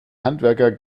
handwerker